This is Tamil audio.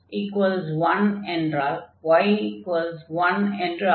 x1 என்றால் y 1 என்று ஆகும்